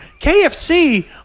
KFC